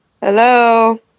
hello